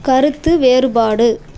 கருத்து வேறுபாடு